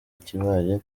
ikibaye